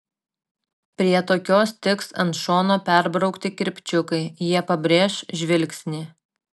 prie tokios tiks ant šono perbraukti kirpčiukai jie pabrėš žvilgsnį